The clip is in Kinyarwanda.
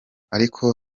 ariko